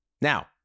Now